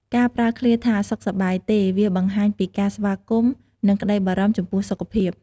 ការប្រើឃ្លាថា សុខសប្បាយទេ? វាបង្ហាញពីការស្វាគមន៍ និងក្តីបារម្ភចំពោះសុខភាព។